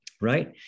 right